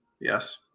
yes